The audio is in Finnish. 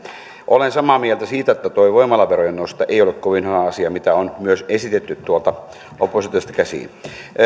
olen samaa mieltä siitä että tuo voimalaverojen nosto ei ole kovin hyvä asia mitä on myös esitetty tuolta oppositiosta käsin